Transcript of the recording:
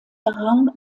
errang